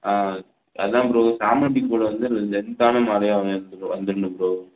ஆ அதுதான் ப்ரோ சாமந்திப்பூவில் வந்து இந்த லென்த்தான மாலையாக கொஞ்சம் ப்ரோ